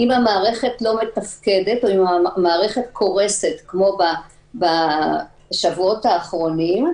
אם המערכת לא מתפקדת וקורסת כמו בשבועות האחרונים,